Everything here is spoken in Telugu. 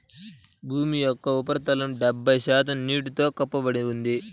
భూమి యొక్క ఉపరితలంలో డెబ్బై ఒక్క శాతం నీటితో కప్పబడి ఉంది